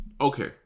okay